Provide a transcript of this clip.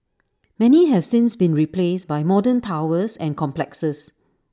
many have since been replaced by modern towers and complexes